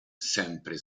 sempre